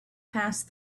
past